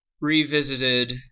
Revisited